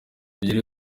kugera